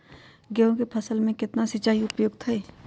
गेंहू के फसल में केतना सिंचाई उपयुक्त हाइ?